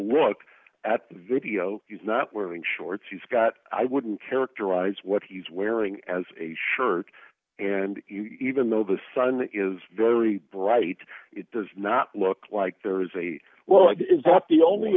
look at video he's not wearing shorts he's got i wouldn't characterize what he's wearing as a shirt and even though the sun is very bright it does not look like there is a well it is not the only